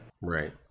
right